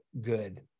good